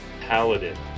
Paladin